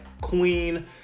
Queen